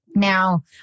Now